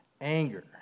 anger